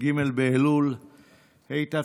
כ"ג באלול התשפ"ב,